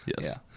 Yes